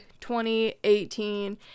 2018